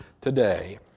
today